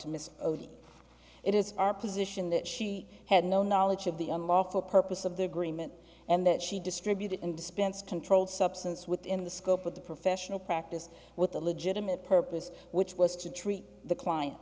miss it is our position that she had no knowledge of the unlawful purpose of the agreement and that she distributed and dispense controlled substance within the scope of the professional practice with a legitimate purpose which was to treat the clients